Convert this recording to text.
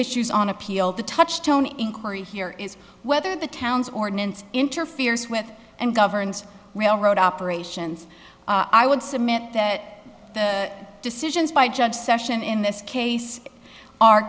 issues on appeal the touch tone inquiry here is whether the town's ordinance interferes with and governs railroad operations i would submit that the decisions by judge session in this case are